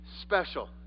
special